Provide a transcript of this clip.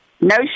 no